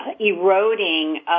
eroding